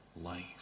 life